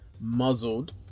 muzzled